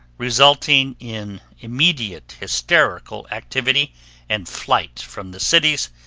resulting in immediate hysterical activity and flight from the cities,